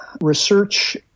research